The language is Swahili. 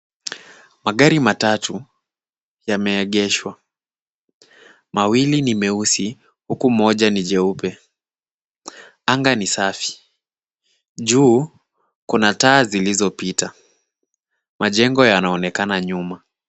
Magari matatu yameegeshwa. Mawili ni meusi huku moja ni jeupe. Anga ni safi. Juu kuna taa zilizopita. Majengo yanaonekana nyuma.